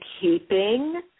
keeping